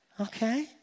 Okay